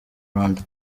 rwanda